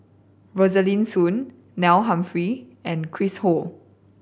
Rosaline Soon Neil Humphreys and Chris Ho